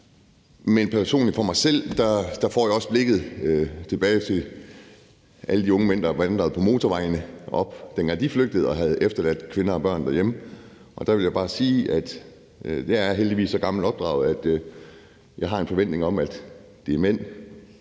men personligt, for mig selv, får jeg blikket tilbage til alle de unge mænd, der vandrede på motorvejene, dengang de flygtede, og havde efterladt kvinder og børn derhjemme. Der vil jeg bare sige, at jeg heldigvis er så gammeldags opdraget, at jeg har en forventning om, at det er mænd